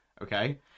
Okay